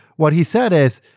what he said is,